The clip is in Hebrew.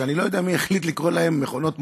שאני לא יודע מי החליט לקרוא להן "מכונות מזל",